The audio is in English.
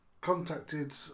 contacted